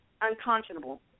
unconscionable